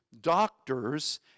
doctors